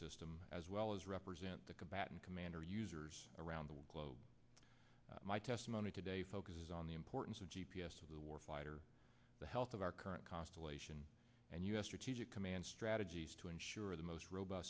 system as well as represent the combatant commander users around the globe my testimony today focuses on the importance of g p s of the war fighter the health of our current constellation and u s or teacher command strategies to ensure the most rob